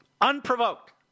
Unprovoked